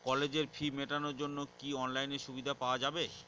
কলেজের ফি মেটানোর জন্য কি অনলাইনে সুবিধা পাওয়া যাবে?